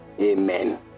Amen